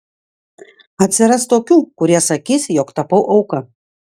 atsiras tokių kurie sakys jog tapau auka